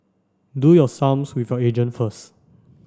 do your sums with your agent first